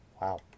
Wow